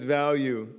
value